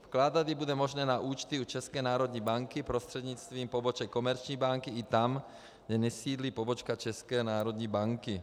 Vkládat ji bude možné na účty u České národní banky prostřednictvím poboček komerční banky i tam, kde nesídlí pobočka České národní banky.